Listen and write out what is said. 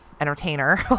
entertainer